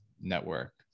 network